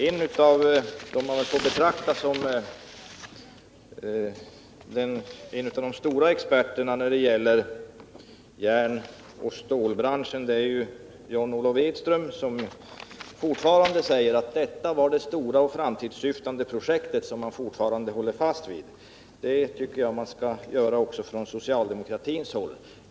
En av dem som väl får anses tillhöra de stora experterna när det gäller järnoch stålbranschen, John Olof Edström, säger att detta var det stora och framtidssyftande projektet som man fortfarande håller fast vid. Det tycker jag att socialdemokraterna också skall göra.